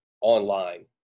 online